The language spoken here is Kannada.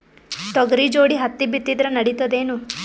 ತೊಗರಿ ಜೋಡಿ ಹತ್ತಿ ಬಿತ್ತಿದ್ರ ನಡಿತದೇನು?